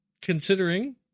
considering